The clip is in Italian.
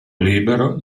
libero